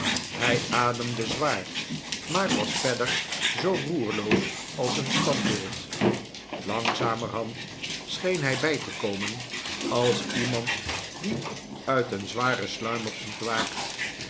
hij ademde zwaar maar was verder zoo roerloos als een standbeeld langzamerhand scheen hij bij te komen als iemand die uit een zwaren sluimer ontwaakt